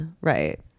right